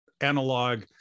analog